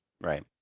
right